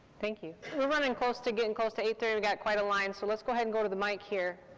thank you, we're running close to, getting close to eight thirty, we've got quite a line, so let's go ahead and go to the mic here.